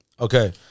Okay